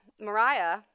Mariah